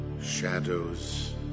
Shadows